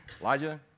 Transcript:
Elijah